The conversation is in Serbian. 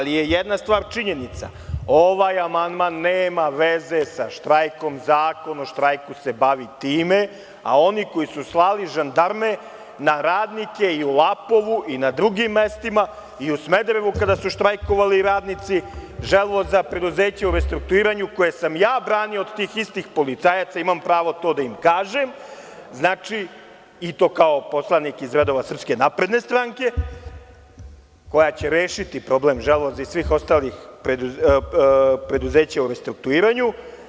Jedna stvar je činjenica, ovaj amandman nema veze sa štrajkom, Zakon o štrajku se bavi time, a oni koji su slali žandarme na radnike i u Lapovu i na drugim mestima i u Smederevu kada su štrajkovali radnici „Želvoza“, preduzeća u restrukturiranju, koje sam ja branio od tih istih policajaca, imam pravo to da im kažem, i to kao poslanik iz redova SNS koja će rešiti problem „Želvoza“ i svih ostalih preduzeća u restrukturiranju.